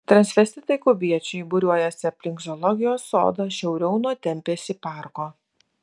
transvestitai kubiečiai būriuojasi aplink zoologijos sodą šiauriau nuo tempėsi parko